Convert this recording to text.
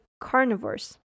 Carnivores